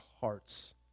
hearts